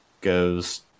goes